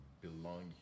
belong